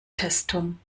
testung